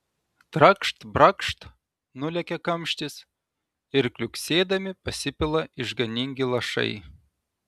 trakšt brakšt nulekia kamštis ir kliuksėdami pasipila išganingi lašai